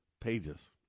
pages